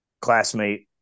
classmate